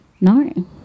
no